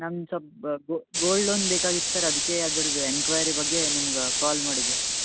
ನಮ್ಮ ಸ್ವಲ್ಪ್ ಬ ಗೋಲ್ಡ್ ಲೋನ್ ಬೇಕಾಗಿತ್ತು ಸರ್ ಅದಕೇ ಅದ್ರದ್ದು ಎನ್ಕ್ವೆಯ್ರಿ ಬಗ್ಗೆ ನಿಮಗೆ ಕಾಲ್ ಮಾಡಿದ್ದೆ ಸರ್